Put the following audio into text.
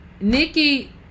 Nikki